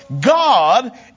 God